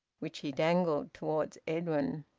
which he dangled towards edwin.